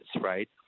right